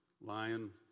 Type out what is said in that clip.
lion